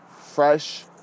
fresh